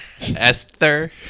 esther